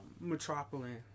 metropolitan